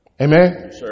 Amen